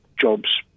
jobs